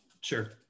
Sure